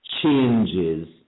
changes